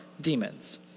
demons